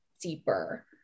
deeper